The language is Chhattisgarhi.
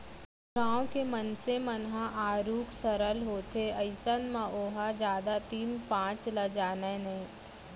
गाँव के मनसे मन ह आरुग सरल होथे अइसन म ओहा जादा तीन पाँच ल जानय नइ